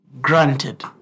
granted